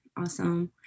awesome